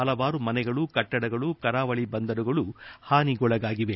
ಹಲವಾರು ಮನೆಗಳು ಕಟ್ಟಡಗಳು ಕರಾವಳಿ ಬಂದರುಗಳು ಹಾನಿಗೊಳಗಾಗಿವೆ